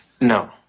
No